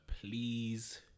please